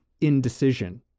indecision